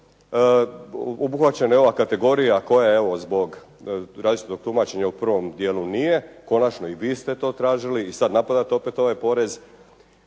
Obuhvaćena je ova kategorija koja evo zbog različitog tumačenja u prvom dijelu nije. Konačno i vi ste to tražili i sada napadate opet ovaj porez.